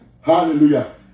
hallelujah